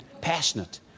Passionate